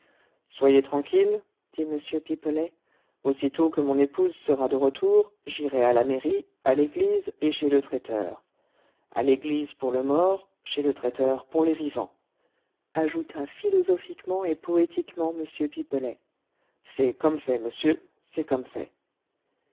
soyez tranquille dit m pipelet aussitôt que mon épouse sera de retour j'irai à la mairie à l'église et chez le traiteur à l'église pour le mort chez le traiteur pour les vivants ajouta philosophiquement et poétiquement m pipelet c'est comme fait monsieur c'est comme fait